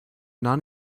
non